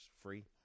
free